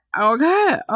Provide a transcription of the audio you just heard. okay